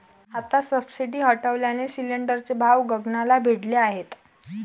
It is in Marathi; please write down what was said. आता सबसिडी हटवल्याने सिलिंडरचे भाव गगनाला भिडले आहेत